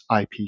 IP